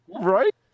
Right